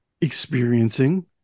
experiencing